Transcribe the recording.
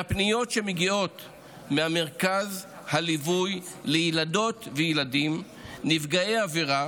מהפניות שמגיעות ממרכז הליווי לילדות ולילדים נפגעי עבירה